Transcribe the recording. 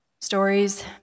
Stories